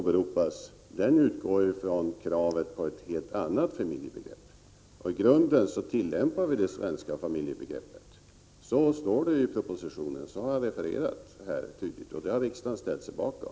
Herr talman! Den kritik som nu åberopas utgår från kravet på ett helt annat familjebegrepp. I grunden tillämpar vi det svenska familjebegreppet — så står det i propositionen, så har jag refererat det här, och detta har riksdagen ställt sig bakom.